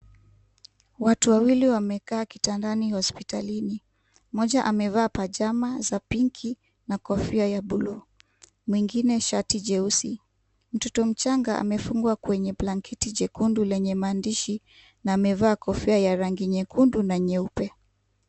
Watu wawili wamekaa kitandani ya hospitalini, mmoja amevaa pajama za pinkii na kofia ya buluu . Mwengine shati jeusi, mtoto mchanga amefungwa kwenye blanketi jekundu lenye , maandishi na amevaa kofia ya rangi nyekundu na nyeupe.